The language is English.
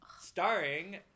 starring